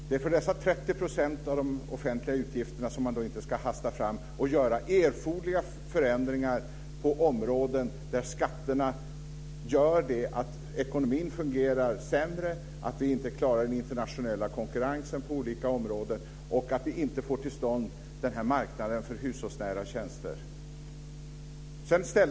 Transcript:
Det är för dessa 30 % av de offentliga utgifterna som man inte ska hasta fram och göra erforderliga förändringar på områden där skatterna gör att ekonomin fungerar sämre, att vi inte klarar den internationella konkurrensen på olika områden och att vi inte får till stånd marknaden för hushållsnära tjänster. Fru talman!